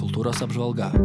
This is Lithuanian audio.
kultūros apžvalga